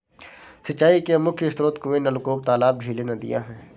सिंचाई के मुख्य स्रोत कुएँ, नलकूप, तालाब, झीलें, नदियाँ हैं